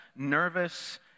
nervous